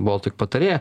baltic patarėja